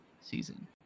season